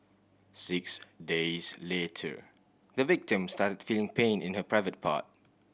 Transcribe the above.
six days later the victim started feeling pain in her private part